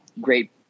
Great